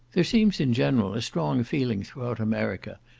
there seems in general a strong feeling throughout america,